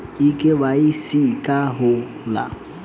इ के.वाइ.सी का हो ला?